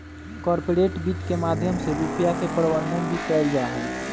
corporate वित्त के माध्यम से रुपिया के प्रबन्धन भी कइल जाहई